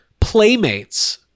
Playmates